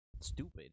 stupid